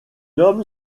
homme